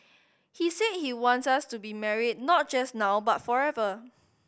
he said he wants us to be married not just now but forever